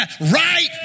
right